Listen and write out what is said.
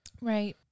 Right